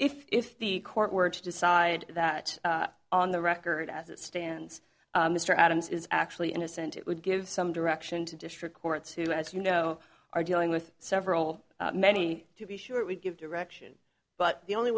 back if the court were to decide that on the record as it stands mr adams is actually innocent it would give some direction to district courts who as you know are dealing with several many to be sure it would give direction but the only